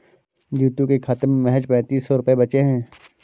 जीतू के खाते में महज पैंतीस सौ रुपए बचे हैं